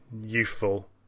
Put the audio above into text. youthful